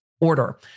order